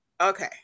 Okay